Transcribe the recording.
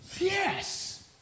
yes